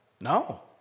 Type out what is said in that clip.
no